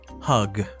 Hug